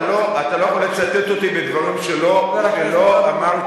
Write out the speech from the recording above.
אתה לא יכול לצטט אותי בדברים שלא אמרתי.